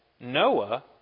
Noah